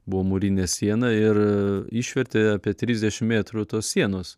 buvo mūrinė siena ir išvertė apie trisdešim mėtrų tos sienos